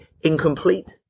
incomplete